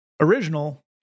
Original